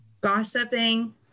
Gossiping